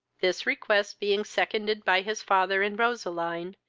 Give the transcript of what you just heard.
this request being seconded by his father and roseline,